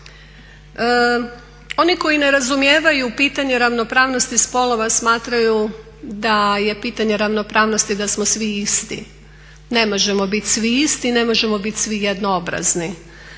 Oni koji ne razumijevaju pitanje ravnopravnosti spolova smatraju da je pitanje ravnopravnosti da smo svi isti. Ne možemo biti svi isti, ne možemo biti svi jednoobrazni